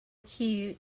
cute